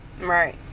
Right